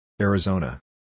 Arizona